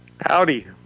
Howdy